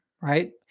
right